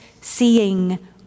seeing